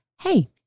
hey